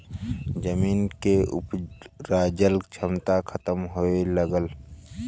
जमीन के उपराजल क्षमता खतम होए लगल